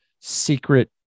secret